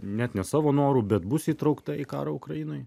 net ne savo noru bet bus įtraukta į karą ukrainoje